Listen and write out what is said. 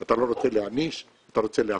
אתה לא רוצה להעניש, אתה רוצה לאפשר.